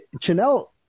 Chanel